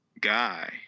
guy